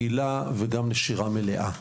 היל"ה וגם בנשירה מלאה.